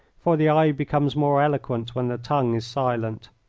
for the eye becomes more eloquent when the tongue is silent.